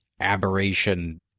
aberration